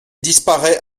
disparaît